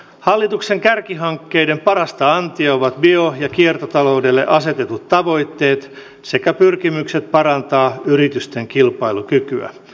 hallituksen kärkihankkeiden parasta antia ovat bio ja kiertotaloudelle asetetut tavoitteet sekä pyrkimykset parantaa yritysten kilpailukykyä